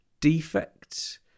defects